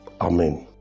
Amen